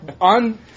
on